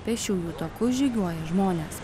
pėsčiųjų taku žygiuoja žmonės